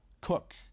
cook